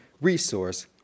resource